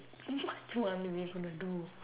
what do you are we gonna do